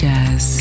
Jazz